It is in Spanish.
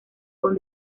con